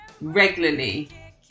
regularly